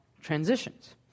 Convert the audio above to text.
transitions